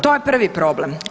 To je prvi problem.